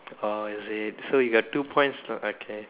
oh is it so you got two points lah okay